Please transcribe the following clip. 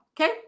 okay